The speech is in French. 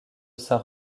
saint